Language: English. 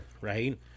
right